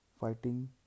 fighting